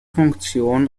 funktion